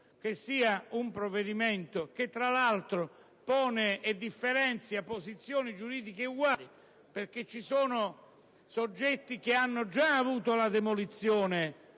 sia un provvedimento ingiusto e che, tra l'altro, esso differenzi posizioni giuridiche uguali, perché ci sono soggetti che hanno già subìto la demolizione